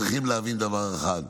צריכים להבין דבר אחד: